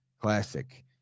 classic